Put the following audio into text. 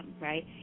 right